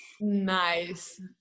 Nice